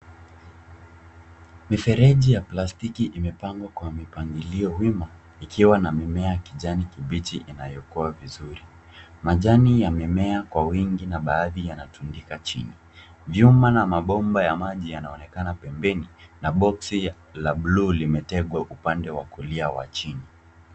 Mifereji ya plastiki imepangwa kwa mipangilio wima ikiwa ma mimea ya kijani kibichi inayokua vizuri, Majani ya mimea kwa wingi na baadhi yanatundika chini. Jumba na mabomba ya maji yanaonekana pembeni na boksi la buluu limetegwa upande wa kulia wa chini.